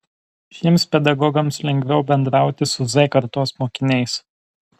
šiems pedagogams lengviau bendrauti su z kartos mokiniais